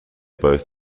both